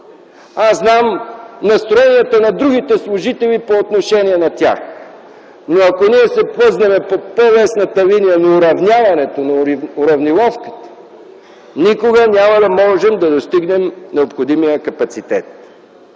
Аз знам настроенията на другите служители по отношение на тях, но ако ние се плъзнем по по-лесната линия на уравняването, на уравнировката, никога няма да можем да достигнем необходимия капацитет.